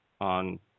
on